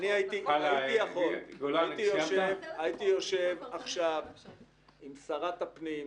אם הייתי יכול הייתי יושב עכשיו עם שרת הפנים,